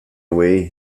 away